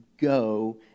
go